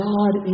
God